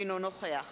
אינו נוכח